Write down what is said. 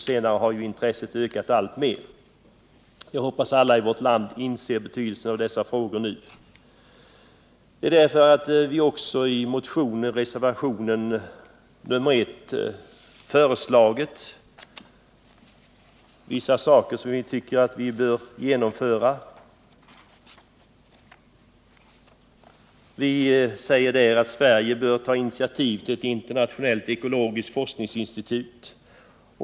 Senare har intresset ökat alltmer, och jag hoppas att alla i vårt land nu inser betydelsen av dessa frågor. Vi har i motionen och i reservationen 1 föreslagit vissa saker som vi tycker bör genomföras. Vi säger i reservationen: ”Sverige bör ta initiativ till ett internationellt ekologiskt forskningsinstitut.